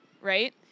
right